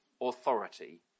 authority